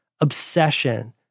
obsession